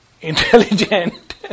intelligent